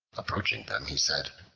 approaching them, he said,